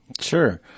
Sure